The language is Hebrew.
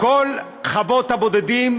כל חוות הבודדים